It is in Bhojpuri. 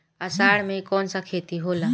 अषाढ़ मे कौन सा खेती होला?